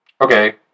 Okay